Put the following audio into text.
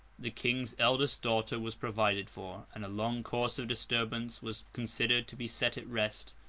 the king's eldest daughter was provided for, and a long course of disturbance was considered to be set at rest,